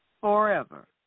forever